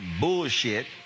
bullshit